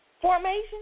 Formation